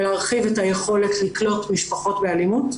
להרחיב את היכולת לקלוט משפחות באלימות.